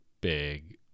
big